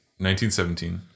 1917